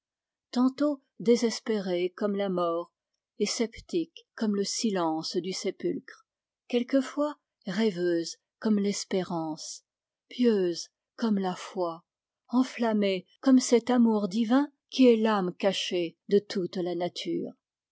tantôt désespérées comme la mort et sceptiques comme le silence du sépulcre quelquefois rêveuses comme l'espérance pieuses comme la foi enflammées comme cet amour divin qui est l'ame cachée de toute la nature